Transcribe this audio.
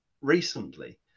recently